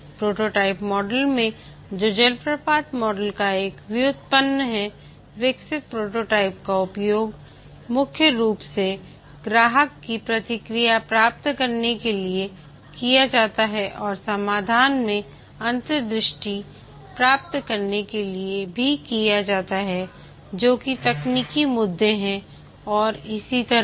prototype model में जो जलप्रपात मॉडल का एक व्युत्पन्न है विकसित प्रोटोटाइप का उपयोग मुख्य रूप से ग्राहकों की प्रतिक्रिया प्राप्त करने के लिए किया जाता है और समाधान में अंतर्दृष्टि प्राप्त करने के लिए भी किया जाता है जो कि तकनीकी मुद्दे हैं और इसी तरह